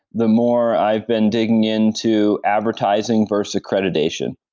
the more i've been digging in to advertising versus accreditation.